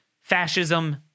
Fascism